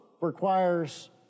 requires